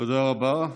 תודה רבה.